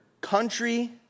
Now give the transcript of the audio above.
country